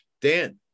dan